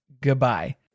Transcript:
goodbye